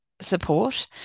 support